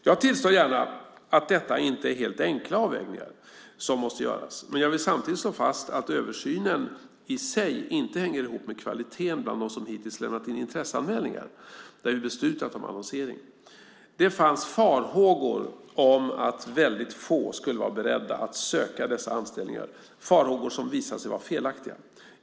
Jag tillstår gärna att detta inte är helt enkla avvägningar som måste göras, men jag vill samtidigt slå fast att översynen i sig inte hänger ihop med kvaliteten bland dem som hittills lämnat in intresseanmälningar där vi beslutat om annonsering. Det fanns farhågor om att väldigt få skulle vara beredda att söka dessa anställningar, farhågor som visat sig vara felaktiga.